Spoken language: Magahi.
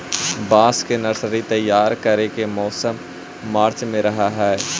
बांस के नर्सरी तैयार करे के मौसम मार्च में रहऽ हई